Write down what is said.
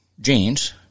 jeans